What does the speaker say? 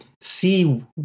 see